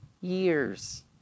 years